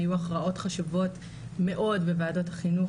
היו הכרעות חשובות מאוד בוועדות החינוך